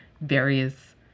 various